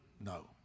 No